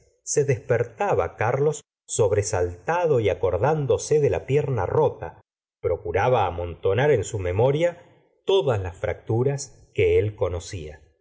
se despertaba carlos sobresaltado y acordándose de la pierna rota procuraba amontonar en su memoria todas las fracturas que él conocía